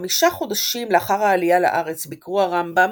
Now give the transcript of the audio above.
חמישה חודשים לאחר העלייה לארץ ביקרו הרמב"ם,